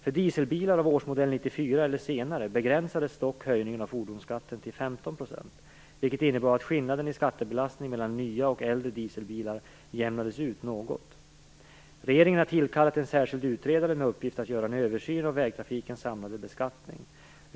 För dieselbilar av årsmodell 1994 eller senare begränsades dock höjningen av fordonsskatten till 15 %, vilket innebar att skillnaden i skattebelastning mellan nya och äldre dieselbilar jämnades ut något. Regeringen har tillkallat en särskild utredare med uppgift att göra en översyn av vägtrafikens samlade beskattning.